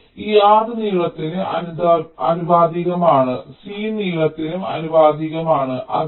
അതിനാൽ ഈ R നീളത്തിന് ആനുപാതികമാണ് C നീളത്തിനും ആനുപാതികമാണ്